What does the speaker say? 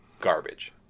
Garbage